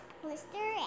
blister